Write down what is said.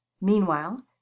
meanwhile